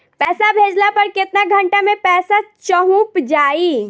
पैसा भेजला पर केतना घंटा मे पैसा चहुंप जाई?